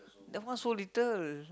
that one so little